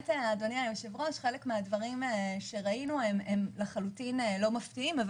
חלק מהדברים שראינו לחלוטין לא מפתיעים אבל